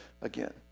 again